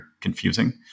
confusing